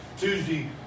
Tuesday